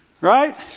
Right